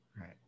right